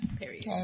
period